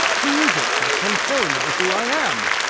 who is it that can tell me who i am?